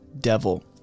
devil